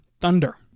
Thunder